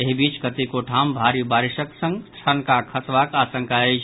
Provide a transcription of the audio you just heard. एहि बीच कतेको ठाम भारी बारिशक संग ठनका खसबाक आशंका अछि